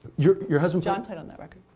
your your husband john played on that record.